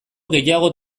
gehiago